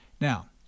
Now